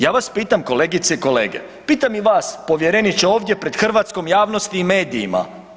Ja vas pitam, kolegice i kolege, pitam i vas, povjereniče ovdje, pred hrvatskom javnosti i medijima.